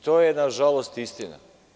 To je nažalost istina.